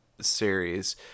series